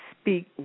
speak